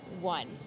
one